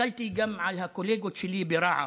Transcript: הסתכלתי גם על הקולגות שלי ברע"מ,